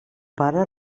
pare